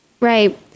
Right